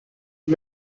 die